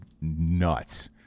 nuts